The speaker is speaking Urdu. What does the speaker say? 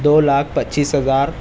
دو لاکھ پچیس ہزار